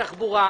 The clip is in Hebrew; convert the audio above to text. פיתוח התחבורה,